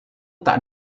tak